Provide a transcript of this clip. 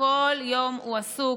שכל יום הוא עסוק,